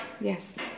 Yes